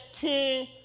King